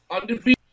undefeated